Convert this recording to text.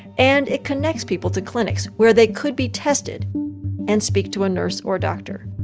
and it connects people to clinics where they could be tested and speak to a nurse or doctor